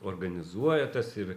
organizuoja tas ir